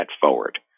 forward